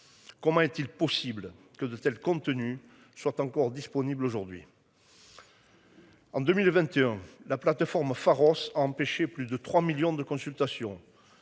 Comment est-il possible que de tels contenus sont encore disponible aujourd'hui. En 2021, la plateforme Pharos empêcher plus de 3 millions de consultations.